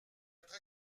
être